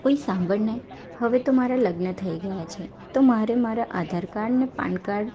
ઓય સાંભળને હવે તો મારા લગ્ન થઈ ગયા છે તો મારે મારા આધાર કાર્ડને પાન કાર્ડ